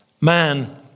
man